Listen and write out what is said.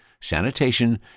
sanitation